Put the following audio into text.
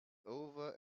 over